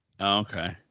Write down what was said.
Okay